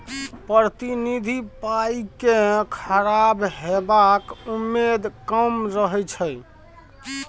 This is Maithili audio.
प्रतिनिधि पाइ केँ खराब हेबाक उम्मेद कम रहै छै